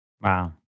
Wow